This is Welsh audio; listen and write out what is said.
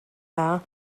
dda